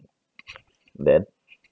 then